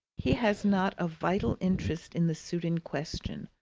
he has not a vital interest in the suit in question,